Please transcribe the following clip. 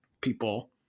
people